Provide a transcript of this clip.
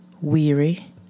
Weary